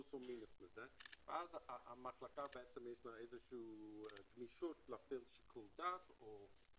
פלוס או מינוס לזה ואז למחלקה יש גמישות להפעיל שיקול דעת כדי